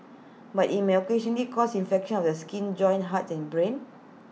but IT may occasionally cause infections of the skin joints heart and brain